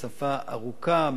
שפה ארוכה,